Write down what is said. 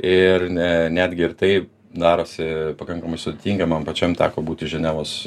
ir ne netgi ir tai darosi pakankamai sudėtinga man pačiam teko būti ženevos